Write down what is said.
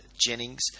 Jennings